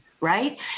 right